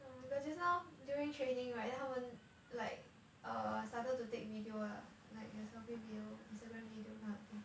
oh my god just now during training right then 他们 like err started to take video ah like your selfie wheel Instagram video kind of thing